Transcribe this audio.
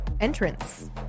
entrance